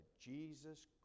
Jesus